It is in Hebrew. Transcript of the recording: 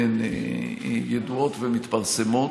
והן ידועות ומתפרסמות,